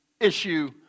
issue